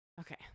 Okay